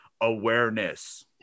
awareness